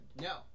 No